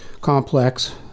complex